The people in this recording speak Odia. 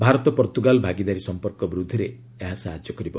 ଭାରତ ପର୍ତ୍ତୁଗାଲ ଭାଗିଦାରୀ ସମ୍ପର୍କ ବୃଦ୍ଧିରେ ଏହା ସାହାଯ୍ୟ କରିବ